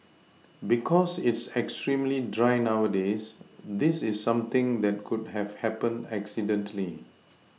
because it's extremely dry nowadays this is something that could have happened accidentally